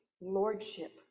lordship